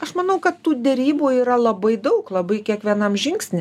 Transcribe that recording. aš manau kad tų derybų yra labai daug labai kiekvienam žingsny